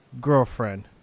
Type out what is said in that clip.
girlfriend